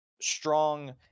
strong